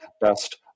Best